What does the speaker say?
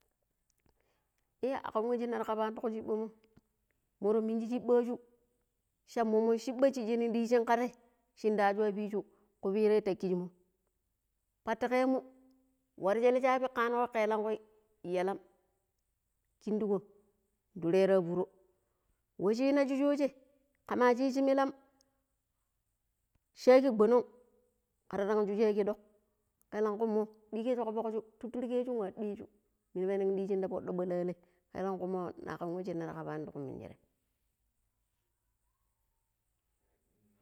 ﻿I akam we shinara kabaani ti ku shiɓɓamon, moro minji shiɓɓaju sa mommo shiɓɓashi shinu diijin ke tei shinda aabo yapiju kupirai ta kishimom. Kpatte kemu waare shele shaabi kanugo kelenku yalam kidigo turero furo, wushina si shooje kama shiji milam shaaji gbonon kararan su shaagee dok kaelanku moi dishiju ka fokju turturgeju nwa deeju minu penan diijin ta poddo balalai kaelanku mo na kam wa shinar kabanim ti kuumingirem.